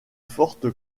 forte